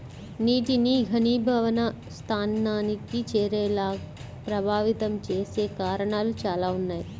నీటిని ఘనీభవన స్థానానికి చేరేలా ప్రభావితం చేసే కారణాలు చాలా ఉన్నాయి